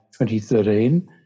2013